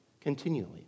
continually